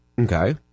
Okay